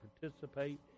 participate